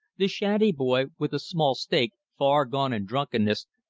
the shanty boy with a small stake, far gone in drunkenness,